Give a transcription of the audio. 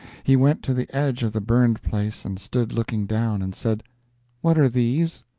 he went to the edge of the burned place and stood looking down, and said what are these?